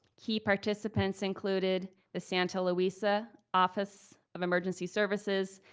key participants included the santa luisa office of emergency services,